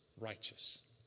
righteous